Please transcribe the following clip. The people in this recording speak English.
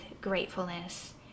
gratefulness